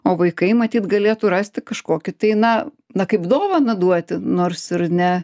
o vaikai matyt galėtų rasti kažkokį tai na na kaip dovaną duoti nors ir ne